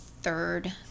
third